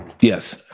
Yes